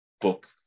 book